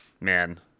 man